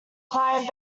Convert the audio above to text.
client